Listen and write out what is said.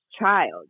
child